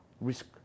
risk